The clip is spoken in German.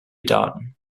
daten